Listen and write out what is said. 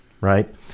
right